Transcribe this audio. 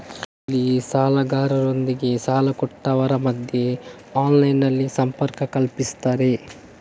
ಇದ್ರಲ್ಲಿ ಸಾಲಗಾರರೊಂದಿಗೆ ಸಾಲ ಕೊಟ್ಟವರ ಮಧ್ಯ ಆನ್ಲೈನಿನಲ್ಲಿ ಸಂಪರ್ಕ ಕಲ್ಪಿಸ್ತಾರೆ